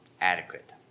adequate